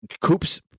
Coop's